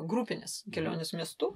grupines keliones miestu